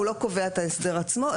הוא לא קובע את ההסדר עצמו,